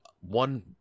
one